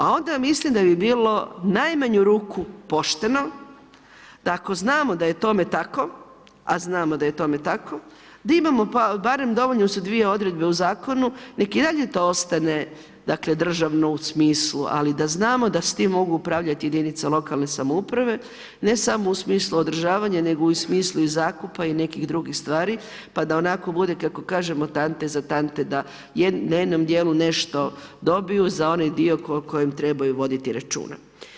A onda mislim da bi bilo u najmanju ruku pošteno da ako znamo da je tome tako, a znamo da je tome tako, da imamo barem dovoljne su dvije odredbe u Zakonu, neka i dalje to ostane državno u smislu, ali da znamo da s tim mogu upravljati jedinice lokalne samouprave, ne samo u smislu održavanja, nego i u smislu zakupa i nekih drugih stvari, pa da onako bude kako kažemo tante na tante, da na jednom dijelu nešto dobiju za onaj dio o kojem trebaju voditi računa.